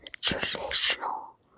traditional